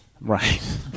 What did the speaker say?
Right